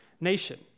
nation